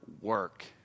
work